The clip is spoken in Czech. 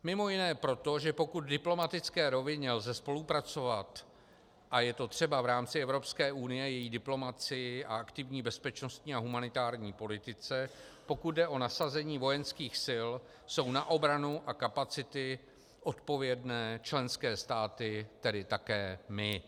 Mimo jiné i proto, že v diplomatické rovině lze spolupracovat, a je to třeba v rámci Evropské unie, její diplomacii a aktivní bezpečnostní a humanitární politice, pokud jde o nasazení vojenských sil, jsou na obranu a kapacity odpovědné členské státy, tedy také my.